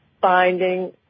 finding